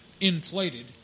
inflated